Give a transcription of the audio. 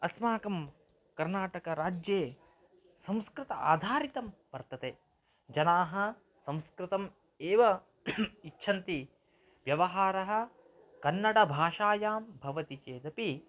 अस्माकं कर्नाटकराज्ये संस्कृत आधारितं वर्तते जनाः संस्कृतम् एव इच्छन्ति व्यवहारः कन्नडभाषायां भवति चेदपि